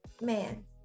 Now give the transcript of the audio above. Man